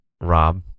Rob